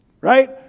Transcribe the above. right